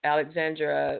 Alexandra